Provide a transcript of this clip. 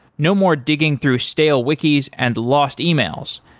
no more digging through stale wiki's and lost e-mails.